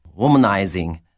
womanizing